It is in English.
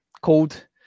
called